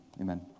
Amen